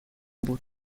بود